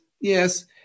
Yes